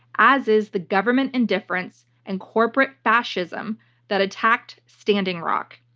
as is the government indifference and corporate fascism that attacked standing rock.